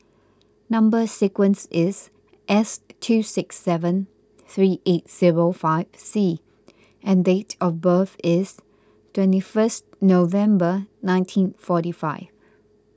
Number Sequence is S two six seven three eight zero five C and date of birth is twenty first November nineteen forty five